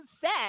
set